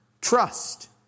Trust